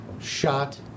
shot